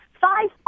five